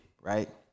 Right